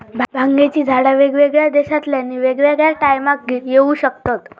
भांगेची झाडा वेगवेगळ्या देशांतल्यानी वेगवेगळ्या टायमाक येऊ शकतत